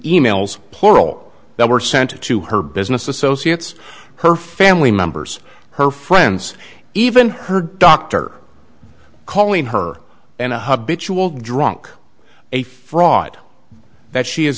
emails plural that were sent to her business associates her family members her friends even her doctor calling her and a hug bitch you all drunk a fraud that she is